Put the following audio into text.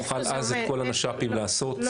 נוכל אז את כל הנש"פים לעשות.